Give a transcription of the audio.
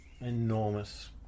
enormous